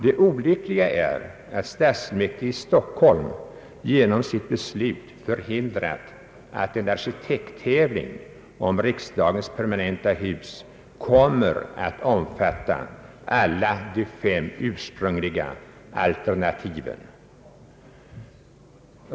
Det olyckliga är att stadsfullmäktige i Stockholm genom sitt beslut förhindrat att en arkitekttävling om riksdagens permanenta hus kommer att omfatta alla de fem ursprungliga alternativen.